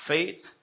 Faith